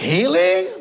Healing